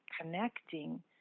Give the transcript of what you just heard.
connecting